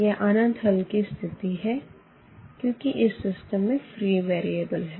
यह अनंत हल की स्थिति होती है क्योंकि इस सिस्टम में फ्री वेरिएबल है